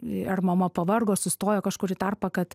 ar mama pavargo sustojo kažkurį tarpą kad